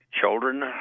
children